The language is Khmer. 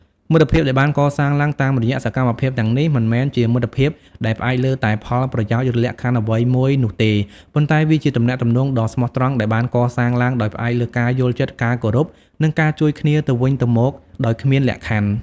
មិត្តភាពដែលបានកសាងឡើងតាមរយៈសកម្មភាពទាំងនេះមិនមែនជាមិត្តភាពដែលផ្អែកលើតែផលប្រយោជន៍ ឬលក្ខខណ្ឌអ្វីមួយនោះទេ ប៉ុន្តែវាជាទំនាក់ទំនងដ៏ស្មោះត្រង់ដែលបានកសាងឡើងដោយផ្អែកលើការយល់ចិត្ត ការគោរព និងការជួយគ្នាទៅវិញទៅមកដោយគ្មានលក្ខខណ្ឌ។